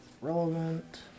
Relevant